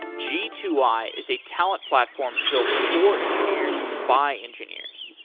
g two i is a talent platform built for engineers, by engineers.